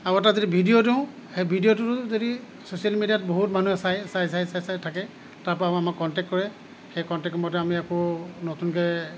আৰু এটা যদি ভিডিঅ' দিওঁ সেই ভিডিঅ'টো যদি ছ'চিয়েল মিডিয়াত বহুত মানুহে চাই চাই চাই চাই চাই থাকে তাৰপৰা আমাক কণ্টেক কৰে সেই কণ্টেক মতে আমি আকৌ নতুনকে